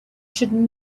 should